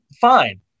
fine